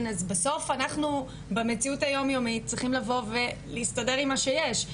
אז בסוף אנחנו במציאות היום-יומית צריכים לבוא ולהסתדר עם מה שיש.